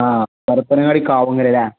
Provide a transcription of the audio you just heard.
ആ പരപ്പനങ്ങാടി കാവുങ്ങൽ അല്ലേ